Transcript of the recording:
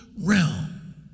realm